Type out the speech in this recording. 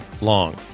long